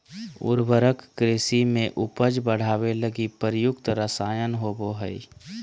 उर्वरक कृषि में उपज बढ़ावे लगी प्रयुक्त रसायन होबो हइ